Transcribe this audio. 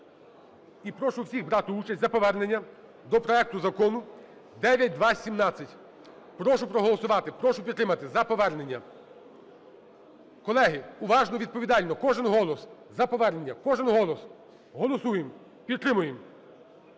і прошу всіх брати участь, за повернення до проекту Закону 9217. Прошу проголосувати, прошу підтримати – за повернення. Колеги, уважно, відповідально, кожен голос – за повернення, кожен голос. Голосуємо, підтримуємо.